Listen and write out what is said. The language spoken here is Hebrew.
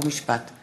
חוק ומשפט.